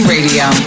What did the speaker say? Radio